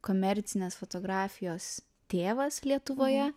komercinės fotografijos tėvas lietuvoje